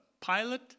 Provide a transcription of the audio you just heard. pilot